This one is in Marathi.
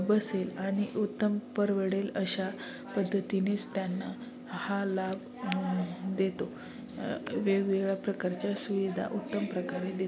बसेल आणि उत्तम परवडेल अशा पद्धतीनेच त्यांना हा लाभ देतो वेगवेगळ्या प्रकारच्या सुविधा उत्तम प्रकारे देतो